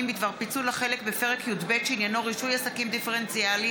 בדבר פיצול החלק בפרק י"ב שעניינו רישוי עסקים דיפרנציאלי,